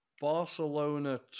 Barcelona